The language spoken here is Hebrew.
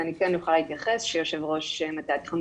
אני כן יכולה להתייחס שיו"ר מטה התכנון